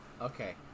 Okay